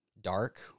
dark